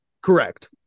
correct